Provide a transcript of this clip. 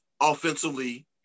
offensively